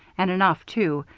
and enough, too,